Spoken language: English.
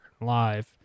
live